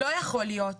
לא יכול להיות.